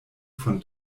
von